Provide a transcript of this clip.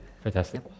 Fantastic